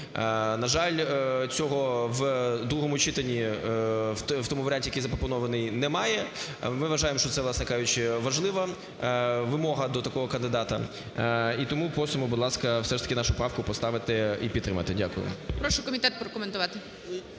На жаль, цього в другому читанні, в тому варіанті, який запропонований, немає. Ми вважаємо, що це, власне кажучи, важлива вимога до такого кандидата. І тому просимо, будь ласка, все ж таки нашу правку поставити і підтримати. Дякую.